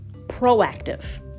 proactive